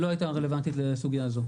שלא הייתה רלוונטית לסוגיה הזו.